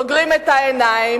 סוגרים את העיניים,